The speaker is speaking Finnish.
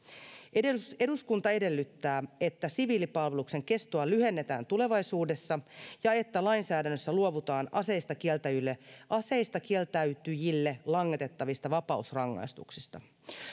eduskunta edellyttää että hallitus tuo eduskunnalle esityksen jolla siviilipalveluksen kestoa lyhennetään tulevaisuudessa ja että lainsäädännössä luovutaan aseistakieltäytyjille aseistakieltäytyjille langetettavista vapausrangaistuksista